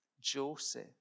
Joseph